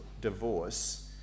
divorce